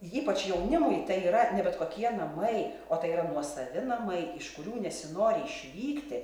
ypač jaunimui tai yra ne bet kokie namai o tai yra nuosavi namai iš kurių nesinori išvykti